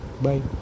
Bye